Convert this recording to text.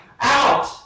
out